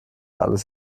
alles